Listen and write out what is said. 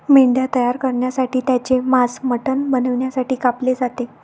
मेंढ्या तयार करण्यासाठी त्यांचे मांस मटण बनवण्यासाठी कापले जाते